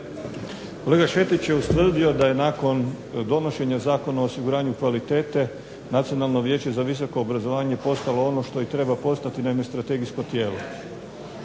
se ne razumije./… nakon donošenja Zakona o osiguranju kvalitete Nacionalno vijeće za visoko obrazovanje postalo ono što i treba postati, naime strategijsko tijelo.